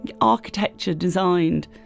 architecture-designed